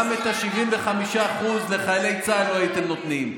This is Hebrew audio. גם את ה-75% לחיילי צה"ל לא הייתם נותנים.